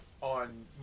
On